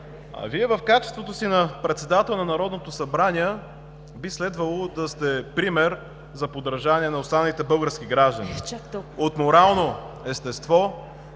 Вие в качеството си на председател на Народното събрание би следвало да сте пример за подражание на останалите български граждани от морално естество,